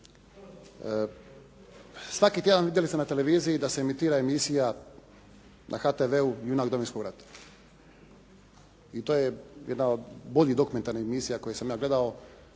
Svaki tjedan vidjeli ste na televiziji da se emitira emisija na HTV-u "Junak Domovinskog rata". I to je jedna od boljih dokumentarnih emisija koje sam ja gledao